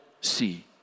see